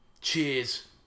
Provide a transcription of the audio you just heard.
Cheers